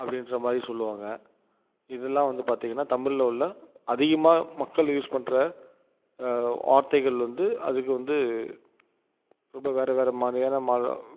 அப்படின்ற மாதிரி சொல்லுவாங்க இதெலாம் வந்து பார்த்தீங்கன்னா தமிழ்ல உள்ள அதிகமாக மக்கள் யூஸ் பண்ணுற வார்த்தைகள் வந்து அதுக்கு வந்து ரொம்ப வேறு வேறு மாதிரியான மா